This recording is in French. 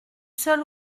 seul